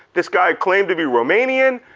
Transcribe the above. this guy claimed to be romanian,